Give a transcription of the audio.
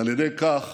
ועל ידי כך